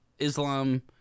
islam